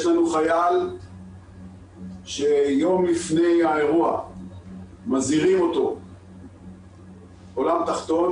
יש לנו חייל שיום לפני האירוע מזהירים אותו עולם תחתון